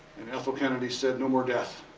and ethel kennedy said, no more death.